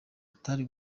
atari